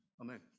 Amen